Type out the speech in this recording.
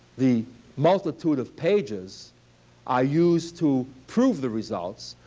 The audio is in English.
the multitude of pages i use to prove the results,